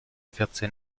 vierzehn